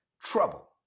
trouble